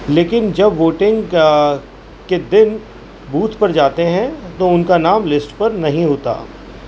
لیکن جب ووٹنگ کا کے دن بوتھ پر جاتے ہیں تو ان کا نام لسٹ پر نہیں ہوتا